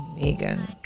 Megan